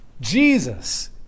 Jesus